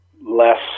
less